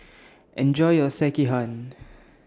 Enjoy your Sekihan